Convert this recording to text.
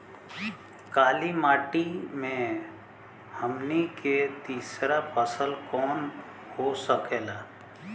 काली मिट्टी में हमनी के तीसरा फसल कवन हो सकेला?